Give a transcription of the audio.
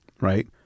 Right